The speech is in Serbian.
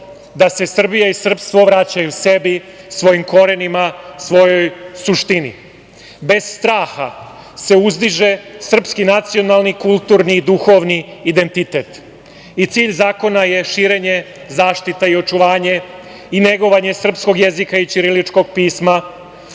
da se Srbija i srpstvo vraćaju sebi, svojim korenima, svojoj suštini. Bez straha se uzdiže srpski nacionalni, kulturni i duhovni identitet. Cilj zakona je širenje, zaštita i očuvanje i negovanje srpskog jezika i ćiriličkog pisma,